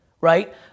Right